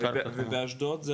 ובאשדוד?